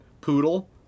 poodle